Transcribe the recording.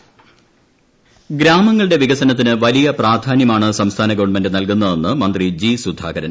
സുധാകരൻ ഗ്രാമങ്ങളുടെ വികസനത്തിന് വലിയ പ്രാധാന്യമാണ് സംസ്ഥാന ഗവൺമെന്റ് നൽകുന്നതെന്ന് മന്ത്രി ജി സുധാകരൻ